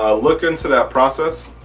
ah look into that process.